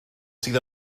sydd